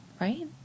Right